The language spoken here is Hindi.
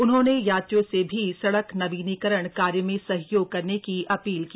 उन्होंने यात्रियों से भी सड़क नवीनीकरण कार्य में सहयोग करने की अपील की